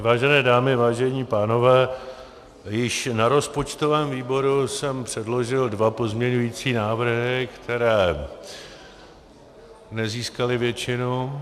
Vážené dámy, vážení pánové, již na rozpočtovém výboru jsem předložil dva pozměňovací návrhy, které nezískaly většinu.